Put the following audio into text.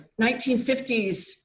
1950s